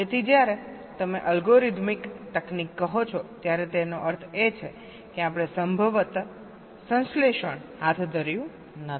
તેથી જ્યારે તમે અલ્ગોરિધમિક તકનીક કહો છો ત્યારે તેનો અર્થ એ છે કે આપણે સંભવત સંશ્લેષણ હાથ ધર્યું નથી